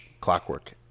clockwork